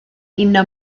uno